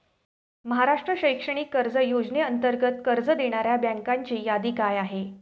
महाराष्ट्र शैक्षणिक कर्ज योजनेअंतर्गत कर्ज देणाऱ्या बँकांची यादी काय आहे?